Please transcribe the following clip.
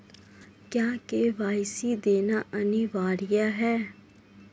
क्या के.वाई.सी देना अनिवार्य है?